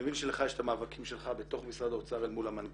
אני מבין שלך יש את המאבקים שלך בתוך משרד האוצר אל מול המנכ"ל,